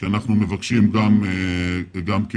שאנחנו מבקשים גם כהורים.